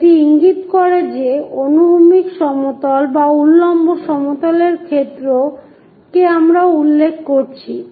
এটি ইঙ্গিত করে যে অনুভূমিক সমতল বা উল্লম্ব সমতলের ক্ষেত্র কে আমরা উল্লেখ করছি